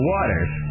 Waters